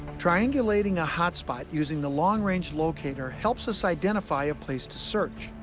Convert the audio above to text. triangulating a hotspot using the long range locator helps us identify a place to search,